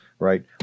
Right